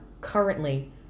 currently